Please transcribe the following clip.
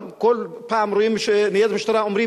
כל פעם רואים ניידת משטרה ואומרים,